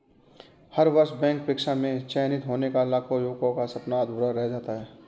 हर वर्ष बैंक परीक्षा में चयनित होने का लाखों युवाओं का सपना अधूरा रह जाता है